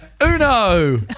Uno